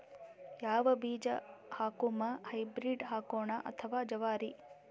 ಯಾವ ಬೀಜ ಹಾಕುಮ, ಹೈಬ್ರಿಡ್ ಹಾಕೋಣ ಅಥವಾ ಜವಾರಿ?